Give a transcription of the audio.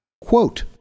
Quote